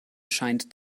scheint